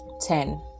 Ten